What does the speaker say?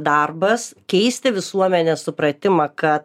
darbas keisti visuomenės supratimą kad